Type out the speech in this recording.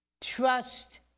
Trust